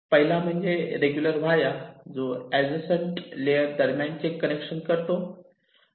पहिला म्हणजे regular via जो ऍड्जसन्ट लेअर्स दरम्यानचे कनेक्शन करतो